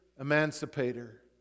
emancipator